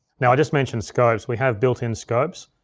now i just mentioned scopes, we have built-in scopes.